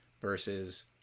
versus